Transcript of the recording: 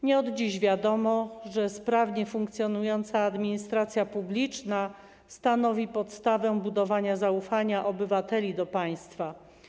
Nie od dziś wiadomo, że sprawnie funkcjonująca administracja publiczna stanowi podstawę budowania zaufania obywateli do państwa.